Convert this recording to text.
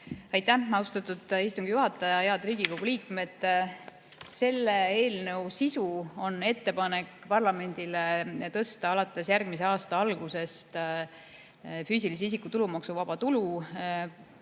Aitäh, austatud istungi juhataja! Head Riigikogu liikmed! Selle eelnõu sisu on ettepanek parlamendile tõsta alates järgmise aasta algusest füüsilise isiku tulumaksuvaba tulu